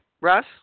Russ